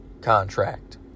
contract